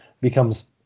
becomes –